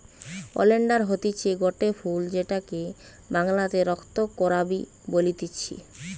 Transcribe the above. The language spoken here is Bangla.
ওলেন্ডার হতিছে গটে ফুল যেটাকে বাংলাতে রক্ত করাবি বলতিছে